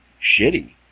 shitty